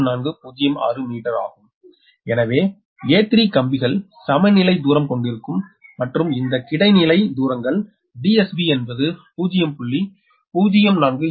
040406 metre ஆகும் எனவே a3 கம்பிகள் சமநிலை தூரம் கொண்டிருக்கும் மற்றும் இந்த கிடைநிலை தூரங்கள் DSB என்பது 0